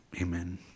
Amen